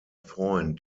freund